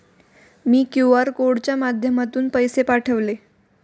मी QR कोडच्या माध्यमातून पैसे पाठवले